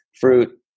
fruit